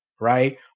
right